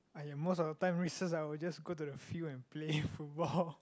!aiyo! most of the time recess I will just go to the field and play football